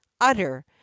utter